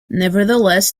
nevertheless